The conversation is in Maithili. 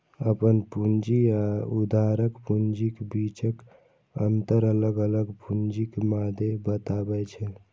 अपन पूंजी आ उधारक पूंजीक बीचक अंतर अलग अलग पूंजीक मादे बतबै छै